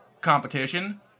competition